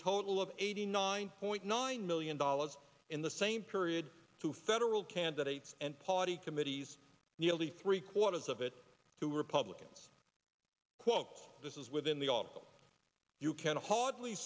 total of eighty nine point nine million dollars in the same period to federal candidates and party committees nearly three quarters of it to republicans quote this is within the article you can hardly